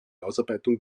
ausarbeitung